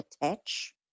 attach